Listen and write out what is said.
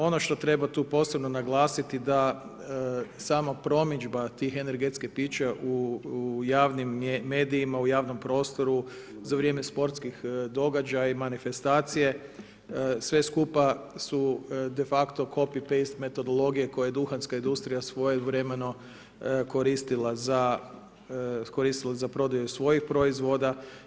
Ono što treba tu posebno naglasiti da sama promidžba tih energetskih pića u javnim medijima u javnom prostoru za vrijeme sportskih događaja i manifestacije sve skupa su de facto copy-paste metodologije koje je duhanska industrija svojevremeno koristila za prodaju svojih proizvoda.